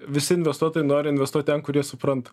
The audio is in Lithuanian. visi investuotojai nori investuot ten kur jie supranta